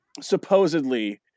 supposedly